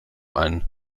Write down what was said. ein